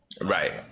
right